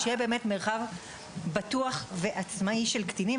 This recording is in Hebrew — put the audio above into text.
שיהיה באמת מרחב בטוח ועצמאי של קטינים.